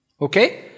Okay